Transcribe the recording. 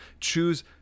choose